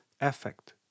effect